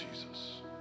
Jesus